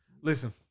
Listen